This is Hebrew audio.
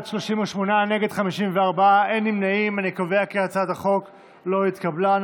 להעביר לוועדה את הצעת חוק-יסוד: בית המשפט לחוקה לא נתקבלה.